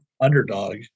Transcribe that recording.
underdog